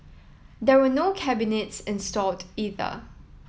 there were no cabinets installed either